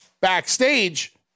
backstage